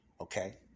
Okay